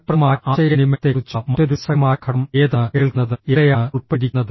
ഫലപ്രദമായ ആശയവിനിമയത്തെക്കുറിച്ചുള്ള മറ്റൊരു രസകരമായ ഘടകം ഏതാണ് കേൾക്കുന്നത് എവിടെയാണ് ഉൾപ്പെട്ടിരിക്കുന്നത്